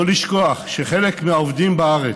לא לשכוח שחלק מהעובדים בארץ,